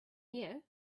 here